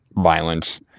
Violence